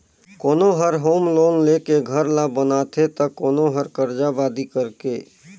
कोनो हर home loan लेके घर ल बनाथे त कोनो हर करजा बादी करके